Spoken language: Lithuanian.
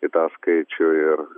į tą skaičių ir